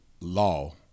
law